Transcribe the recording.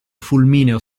fulmineo